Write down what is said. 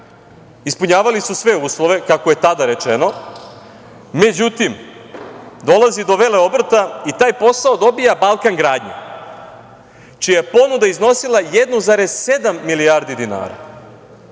Ispunjavali su sve uslove, kako je tada rečeno. Međutim, dolazi do vele obrta i taj posao dobija „Balkan gradnja“, čija je ponuda iznosila 1,7 milijardi dinara.